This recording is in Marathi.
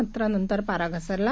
मात्र नंतर पारा घसरला